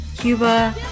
cuba